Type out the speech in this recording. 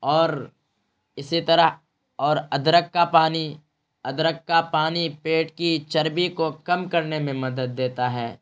اور اسی طرح اور ادرک کا پانی ادرک کا پانی پیٹ کی چربی کو کم کرنے میں مدد دیتا ہے